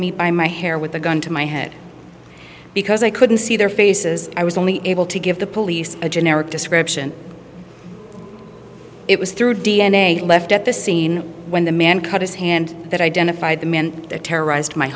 me by my hair with a gun to my head because i couldn't see their faces i was only able to give the police a generic description it was through d n a left at the scene when the man cut his hand that identified the man that terrorized my